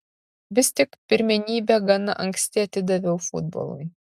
vis tik pirmenybę gana anksti atidaviau futbolui